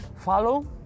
follow